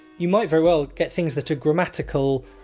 you might very well get things that are grammatical.